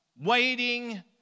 waiting